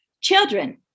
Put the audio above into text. Children